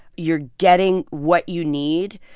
you're getting what you need.